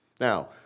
Now